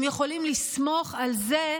אם הם יכולים לסמוך על כך